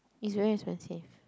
is very expensive